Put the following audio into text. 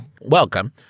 Welcome